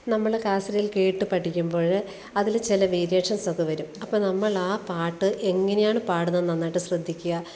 നമ്മൾ കാസറില് കേട്ട് പഠിക്കുമ്പോൾ അതിൽ ചില വേരിയേഷൻസൊക്കെ വരും അപ്പോൾ നമ്മൾ ആ പാട്ട് എങ്ങനെയാണ് പാടുന്നതെന്ന് നന്നായിട്ട് ശ്രദ്ധിക്കുക